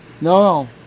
no